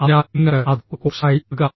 അതിനാൽ നിങ്ങൾക്ക് അത് ഒരു ഓപ്ഷനായി നൽകാം